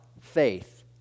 faith